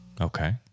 Okay